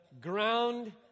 ground